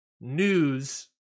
news